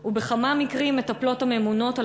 3. בכמה מקרים מטפלות הממונות על